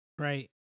Right